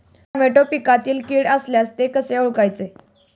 Tomato पिकातील कीड असल्यास ते कसे ओळखायचे?